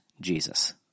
Jesus